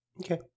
Okay